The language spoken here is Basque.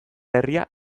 herria